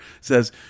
Says